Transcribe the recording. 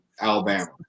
Alabama